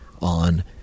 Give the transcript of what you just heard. On